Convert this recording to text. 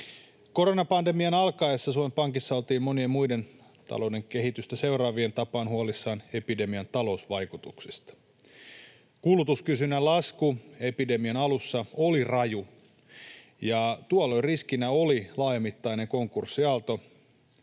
Koronapandemian alkaessa Suomen Pankissa oltiin monien muiden talouden kehitystä seuraavien tapaan huolissaan epidemian talousvaikutuksista. Kulutuskysynnän lasku epidemian alussa oli raju. Tuolloin riskinä oli laajamittainen konkurssiaalto